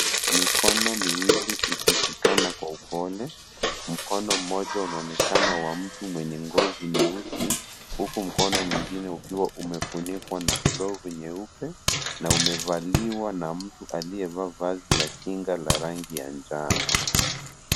Mikono miwili ikishikana kwa upole. Mkono mmoja unaonekana wa mtu mwenye ngozi nyeusi huku mkono mwingine ukiwa umefunikwa na glovu nyeupe na umevaliwa na mtu aliyevaa vazi la kinga la rangi ya njano.